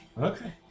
Okay